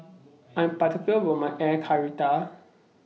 I Am particular about My Air Karthira